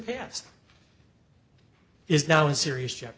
past is now in serious j